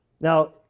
Now